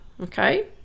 okay